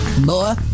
more